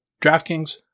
DraftKings